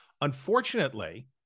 Unfortunately